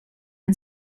and